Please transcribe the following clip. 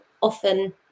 often